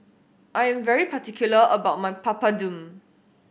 I am very particular about my Papadum